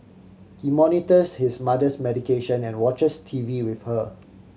he monitors his mother's medication and watches T V with her